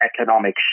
economic